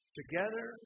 together